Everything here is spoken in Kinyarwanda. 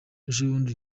ejobundi